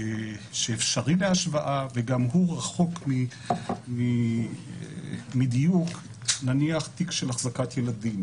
שאפשרי להשוואה וגם הוא רחוק מדיוק הוא תיק של אחזקת ילדים